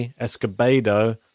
Escobedo